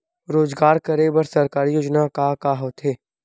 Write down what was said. रोजगार करे बर सरकारी योजना का का होथे?